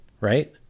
right